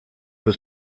was